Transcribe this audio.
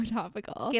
topical